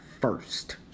first